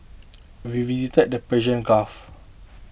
we visited the Persian Gulf